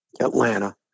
Atlanta